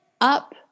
up